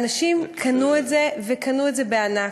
אנשים קנו את זה, וקנו את זה בענק.